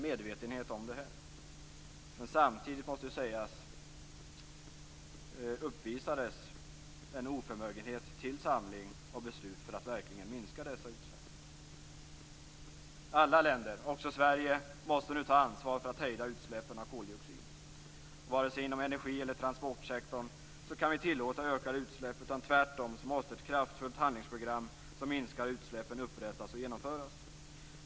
Men samtidigt måste sägas att man uppvisade en oförmögenhet till samling och beslut för att verkligen minska dessa utsläpp. Alla länder, också Sverige, måste nu ta ansvar för att hejda utsläppen av koldioxid. Varken inom energieller transportsektorn kan vi tillåta ökade utsläpp. Tvärtom måste ett kraftfullt handlingsprogram som minskar utsläppen upprättas och genomföras.